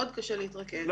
מאוד קשה להתרכז,